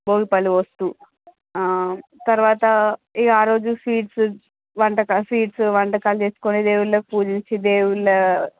భోగి పళ్ళు పోస్తూ తర్వాత ఇంకా ఆ రోజు స్వీట్స్ వంటక్ స్వీట్స్ వంటకాలు చేసుకొని దేవుళ్ళకి పూజించి దేవుళ్ల